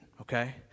okay